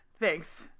Thanks